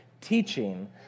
teaching